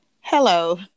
Hello